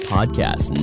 Podcast